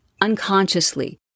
unconsciously